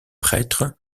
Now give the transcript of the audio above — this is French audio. prêtre